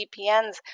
VPNs